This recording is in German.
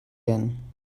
werden